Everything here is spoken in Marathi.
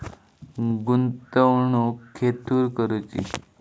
गुंतवणुक खेतुर करूची?